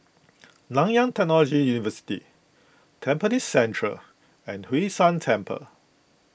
Nanyang Technological University Tampines Central and Hwee San Temple